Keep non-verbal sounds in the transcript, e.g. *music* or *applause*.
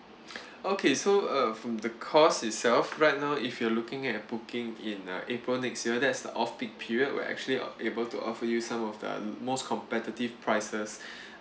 *breath* okay so uh from the cost itself right now if you are looking at booking in uh april next year that's the off peak period we're actually uh able to offer you some of the most competitive prices *breath*